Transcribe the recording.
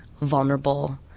vulnerable